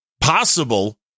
possible